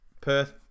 Perth